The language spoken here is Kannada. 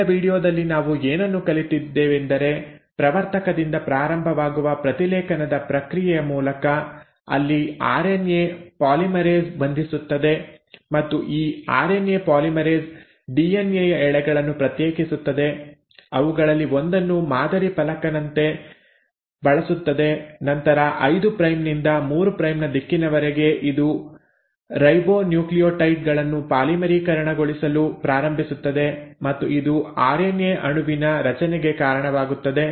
ಇಂದಿನ ವೀಡಿಯೊದಲ್ಲಿ ನಾವು ಏನನ್ನು ಕಲಿತಿದ್ದೇವೆಂದರೆ ಪ್ರವರ್ತಕದಿಂದ ಪ್ರಾರಂಭವಾಗುವ ಪ್ರತಿಲೇಖನದ ಪ್ರಕ್ರಿಯೆಯ ಮೂಲಕ ಅಲ್ಲಿ ಆರ್ಎನ್ಎ ಪಾಲಿಮರೇಸ್ ಬಂಧಿಸುತ್ತದೆ ಮತ್ತು ಈ ಆರ್ಎನ್ಎ ಪಾಲಿಮರೇಸ್ ಡಿಎನ್ಎ ಯ ಎಳೆಗಳನ್ನು ಪ್ರತ್ಯೇಕಿಸುತ್ತದೆ ಅವುಗಳಲ್ಲಿ ಒಂದನ್ನು ಮಾದರಿ ಫಲಕನಂತೆ ಬಳಸುತ್ತದೆ ನಂತರ 5 ಪ್ರೈಮ್ ನಿಂದ 3 ಪ್ರೈಮ್ ನ ದಿಕ್ಕಿನವರೆಗೆ ಇದು ರೈಬೊನ್ಯೂಕ್ಲಿಯೊಟೈಡ್ ಗಳನ್ನು ಪಾಲಿಮರೀಕರಣಗೊಳಿಸಲು ಪ್ರಾರಂಭಿಸುತ್ತದೆ ಮತ್ತು ಇದು ಆರ್ಎನ್ಎ ಅಣುವಿನ ರಚನೆಗೆ ಕಾರಣವಾಗುತ್ತದೆ